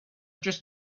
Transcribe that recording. just